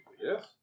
Yes